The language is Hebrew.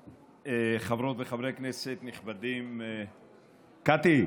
חברות וחברי כנסת נכבדים קטי,